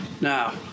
Now